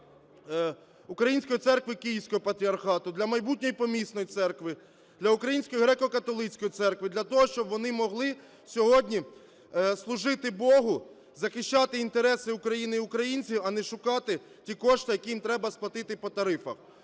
для Української церкви Київського Патріархату, для майбутньої помісної церкви, для Української Греко-Католицької Церкви для того, щоб вони могли сьогодні служити Богу, захищати інтереси України і українців, а не шукати ті кошти, які їм треба сплатити по тарифах.